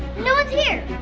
no one's here!